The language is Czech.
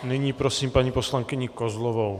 Nyní prosím paní poslankyni Kozlovou.